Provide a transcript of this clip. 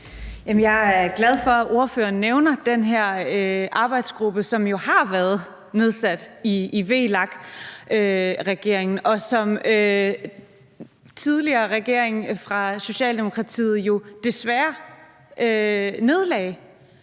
Jeg er glad for, at ordføreren nævner den her arbejdsgruppe, som jo har været nedsat i VLAK-regeringen, og som den tidligere socialdemokratiske regering jo desværre nedlagde.